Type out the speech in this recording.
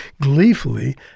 gleefully